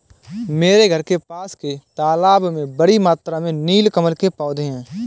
मेरे घर के पास के तालाब में बड़ी मात्रा में नील कमल के पौधें हैं